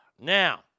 Now